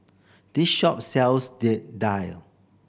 this shop sells daal